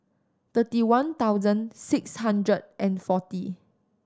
thirty one thousand six hundred and forty